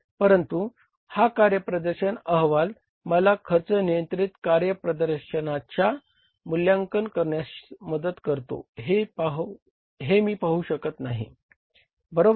परंतु हा कार्यप्रदर्शन अहवाल मला खर्च नियंत्रण कार्यप्रदर्शनाचे मूल्यांकन करण्यास कशी मदत करतो हे मी पाहू शकत नाही बरोबर